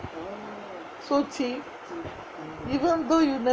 so cheap even though you